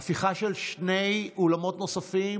הפיכה של שני אולמות נוספים,